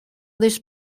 this